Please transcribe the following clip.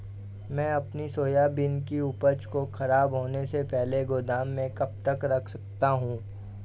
मैं अपनी सोयाबीन की उपज को ख़राब होने से पहले गोदाम में कब तक रख सकता हूँ?